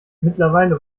mittlerweile